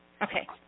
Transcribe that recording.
Okay